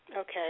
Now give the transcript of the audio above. Okay